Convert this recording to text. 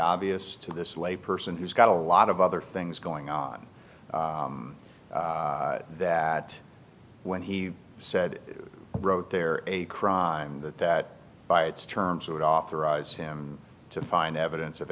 obvious to this lay person he's got a lot of other things going on that when he said i wrote there a crime that by its terms would authorize him to find evidence of